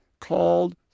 called